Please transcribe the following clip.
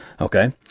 Okay